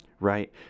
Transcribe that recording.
Right